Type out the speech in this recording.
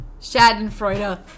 Schadenfreude